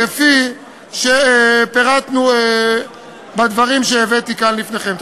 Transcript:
כפי שפירטנו בדברים שהבאתי כאן לפניכם.